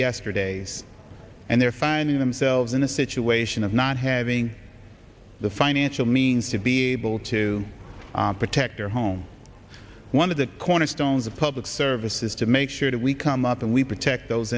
yesterday's and they're finding themselves in a situation of not having the financial means to be able to protect their home one of the cornerstones of public service is to make sure that we come up that we protect those